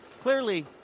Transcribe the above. Clearly